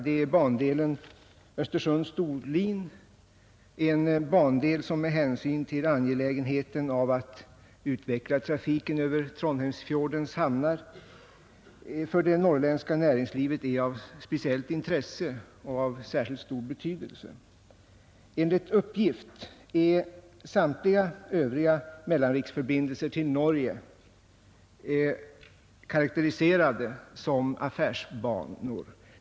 Det är bandelen Östersund—Storlien, en bandel som med hänsyn till angelägenheten av att utveckla trafiken över Trondheimsfjordens hamnar för det norrländska näringslivet är av speciellt intresse och särskilt stor betydelse. Enligt uppgift är övriga mellanriksförbindelser till Norge karakteriserade som affärsbanor.